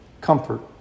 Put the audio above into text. comfort